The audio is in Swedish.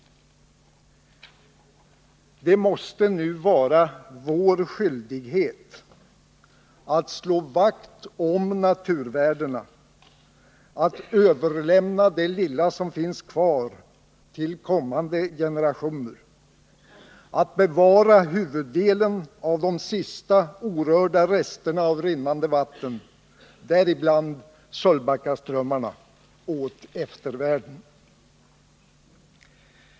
Det måste nu vara vår skyldighet att slå vakt om naturvärdena, att överlämna det lilla som finns kvar till kommande generationer, att bevara huvuddelen av de sista orörda resterna av rinnande vatten, däribland Sölvbackaströmmarna, åt eftervärlden.